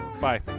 bye